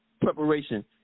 preparation